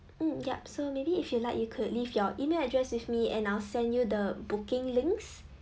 mm yup so maybe if you like you could leave your email address with me and I'll send you the booking links